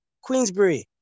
Queensbury